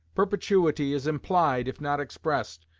perpetuity is implied, if not expressed,